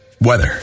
weather